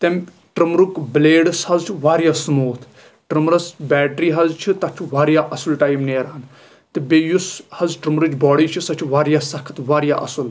تَمہِ ٹرمرُک بٔلیڈٕس حظ چھِ واریاہ سموٗتھ ٹرمرس بیٹری حظ چھِ تَتھ چھُ واریاہ اَصِل ٹایم نیران تہٕ بیٚیہِ یُس حظ ٹرمٕچ باڈی چھِ سۄ چھِ واریاہ سخٕت واریاہ اَصٕل